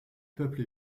peuple